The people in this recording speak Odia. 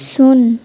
ଶୂନ